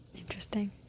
Interesting